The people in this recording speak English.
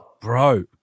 Bro